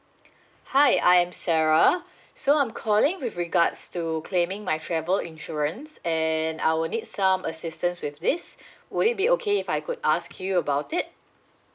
hi I'm sarah so I'm calling with regards to claiming my travel insurance and I will need some assistance with these would it be okay if I could ask you about it